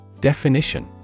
Definition